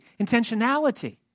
intentionality